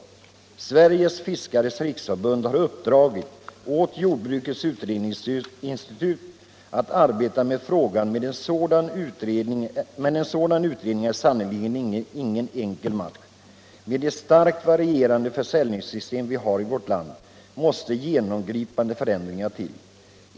Sveriges Fiskares Riksförbund har uppdragit åt Jordbrukets Utredningsinstitut att arbeta med frågan, men en sådan utredning är sannerligen ingen enkel match. Med de starkt varierande försäljningssystem vi har i vårt land måste genomgripande förändringar till.